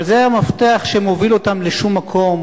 אבל זה המפתח שמוביל אותם לשום מקום,